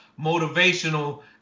motivational